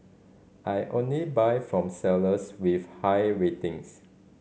I only buy from sellers with high ratings